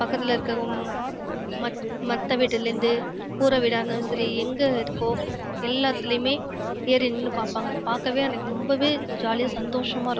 பக்கத்திலே இருக்கறவங்க மற்ற வீட்டுலிருந்து கூரை வீடாக இருந்தாலும் சரி எங்கே இருக்கோ எல்லாத்திலையுமே ஏறி நின்று பார்ப்பாங்க பார்க்கவே அன்னைக்கி ரொம்பவே ஜாலியாக சந்தோஷமாக இருக்கும்